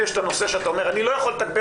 יש את הנושא שאתה אומר 'אני לא יכול לתגבר